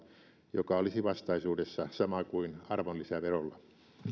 joka olisi vastaisuudessa sama kuin arvonlisäverolla